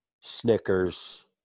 Snickers